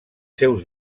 seus